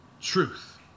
truth